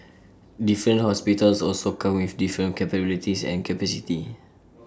different hospitals also come with different capabilities and capacity